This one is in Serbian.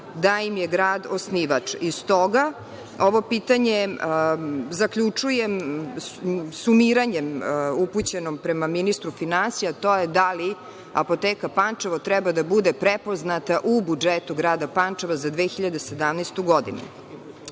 da im je grad osnivač.S toga, ovo pitanje zaključujem sumiranjem upućenom prema ministru finansija, a to je da li Apoteka Pančevo treba da bude prepoznata u budžetu grada Pančeva za 2017.